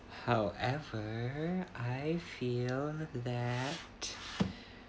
however I feel that